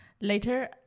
later